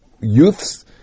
youths